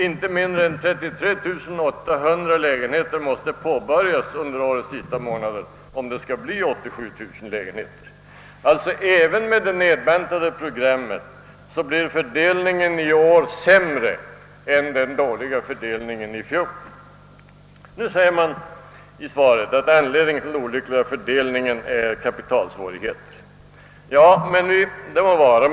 Inte mindre än 33 800 lägenheter måste påbörjas under årets sista månader om det skall bli 87000 lägenheter. Även med det nedbantade programmet blir fördelningen i år sämre än den dåliga fördelningen i fjol. I svaret sägs att anledningen till den olyckliga fördelningen är kapitalsvårigheter. Ja, det må vara.